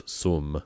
sum